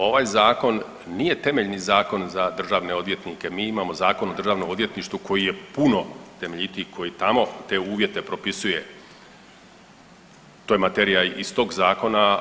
Ovaj zakon nije temeljni zakon za državne odvjetnike, mi imamo Zakon o državnom odvjetništvu koji je puno temeljitiji koji tamo te uvjete propisuje, to je materija iz tog zakona.